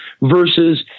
versus